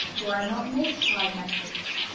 why not multiply methods?